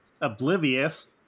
Oblivious